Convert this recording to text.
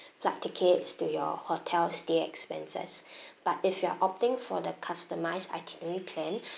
flight tickets to your hotel stay expenses but if you are opting for the customised itinerary plan